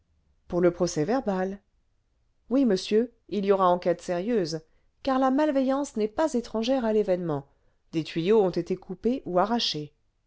pour le procès-verbal oui monsieur il y aura enquête sérieuse car la malveillance n'est pas étrangère à l'événement des tuyaux ont été coupés ou arrachés